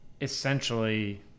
essentially